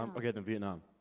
um okay, then vietnam.